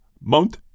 Mount